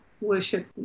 worship